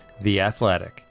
theathletic